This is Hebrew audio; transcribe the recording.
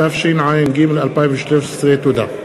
התשע"ג 2013. תודה.